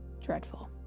Dreadful